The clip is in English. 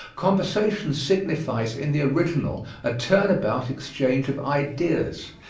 conversation signifies in the original a turn-about exchange of ideas,